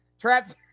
Trapped